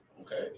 Okay